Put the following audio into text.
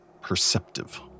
perceptive